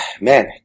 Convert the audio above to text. man